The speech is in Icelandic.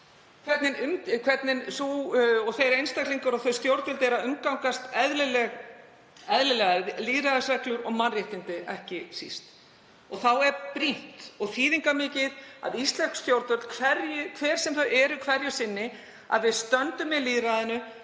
hvernig þeir einstaklingar og þau stjórnvöld umgangast eðlilegar lýðræðisreglur og mannréttindi ekki síst. Þá er brýnt og þýðingarmikið að íslensk stjórnvöld, hver sem þau eru hverju sinni, standi með lýðræðinu,